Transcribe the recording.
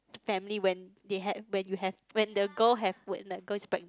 family when they had when you have when the girl have when the girl is pregnant